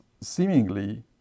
seemingly